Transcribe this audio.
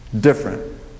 different